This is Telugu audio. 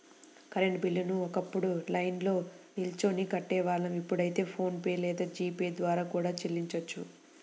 కరెంట్ బిల్లుని ఒకప్పుడు లైన్లో నిల్చొని కట్టేవాళ్ళం ఇప్పుడైతే ఫోన్ పే లేదా జీ పే ద్వారా కూడా చెల్లించొచ్చు